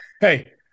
Hey